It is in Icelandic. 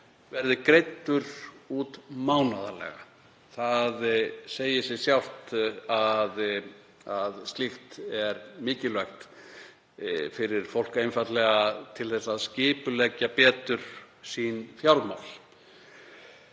verði greiddur út mánaðarlega. Það segir sig sjálft að slíkt er mikilvægt fyrir fólk, einfaldlega til að skipuleggja betur fjármál